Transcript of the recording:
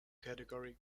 category